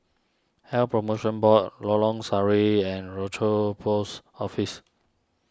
Health Promotion Board Lorong Sari and Rochor Post Office